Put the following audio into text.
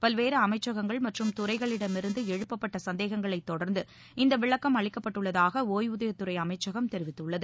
பல்வேறு அமைச்சகங்கள் மற்றும் துறைகளிடமிருந்து எழுப்பப்பட்ட சந்தேகங்களைத் தொடர்ந்து இந்த விளக்கம் அளிக்கப்படுவதாக ஓய்வூதியத்துறை அமைச்சகம் தெரிவித்துள்ளது